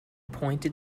pointed